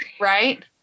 Right